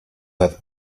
have